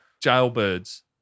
jailbirds